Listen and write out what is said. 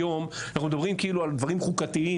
היום אנחנו מדברים כאילו על דברים חוקתיים,